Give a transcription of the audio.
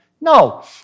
No